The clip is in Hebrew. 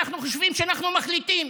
אנחנו חושבים שאנחנו מחליטים,